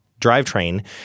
drivetrain